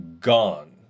gone